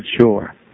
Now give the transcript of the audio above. Sure